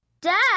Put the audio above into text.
Dad